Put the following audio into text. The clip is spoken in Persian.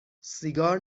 سیگار